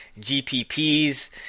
GPPs